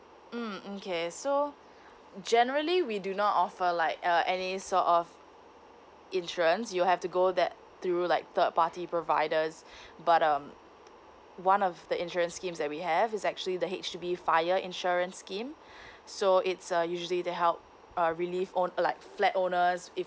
mm okay so generally we do not offer like uh any sort of insurance you have to go that through like third party providers but um one of the insurance scheme that we have is actually the H_D_B fire insurance scheme so it's uh usually the help uh relief on like flat owners if